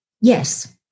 yes